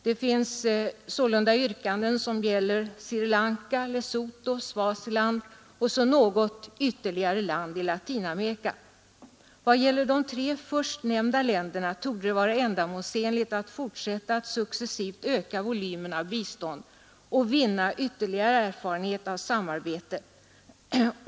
Det finns yrkanden som gäller Sri Lanka, Lesotho och Swaziland samt något land i Latinamerika. Vad beträffar de tre förstnämnda länderna torde det vara ändamålsenligt att fortsätta att successivt öka volymen av bistånd och vinna ytterligare erfarenhet av ett samarbete.